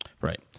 right